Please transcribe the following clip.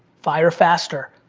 fire faster,